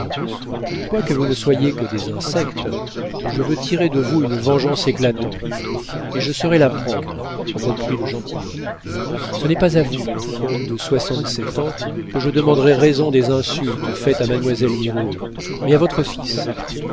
quoique vous ne soyez que des insectes je veux tirer de vous une vengeance éclatante et je saurai la prendre reprit le gentilhomme ce n'est pas à vous homme de soixante-sept ans que je demanderai raison des insultes faites à mademoiselle mirouët mais à votre fils